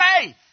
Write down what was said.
faith